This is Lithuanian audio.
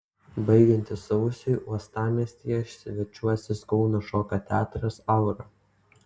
baigiantis sausiui uostamiestyje svečiuosis kauno šokio teatras aura